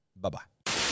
Bye-bye